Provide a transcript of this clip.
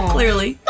Clearly